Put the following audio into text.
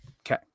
Okay